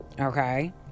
Okay